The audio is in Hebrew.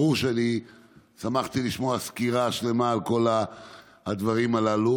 ברור ששמחתי לשמוע סקירה שלמה על כל הדברים הללו,